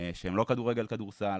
שהם לא כדורגל או כדורסל,